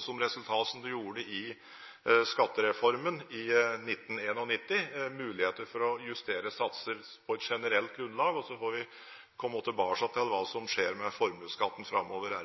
som resultat – som det gjorde i skattereformen i 1991 – muligheter for å justere satser på et generelt grunnlag, og så får vi komme tilbake til hva som skjer med formuesskatten framover.